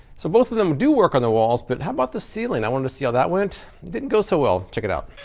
so both of them do work on the walls but how about the ceiling? i wanted to see how that went. it didn't go so well. check it out.